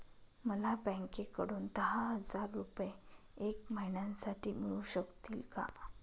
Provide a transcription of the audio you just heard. मला बँकेकडून दहा हजार रुपये एक महिन्यांसाठी मिळू शकतील का?